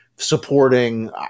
Supporting